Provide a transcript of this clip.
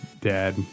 dad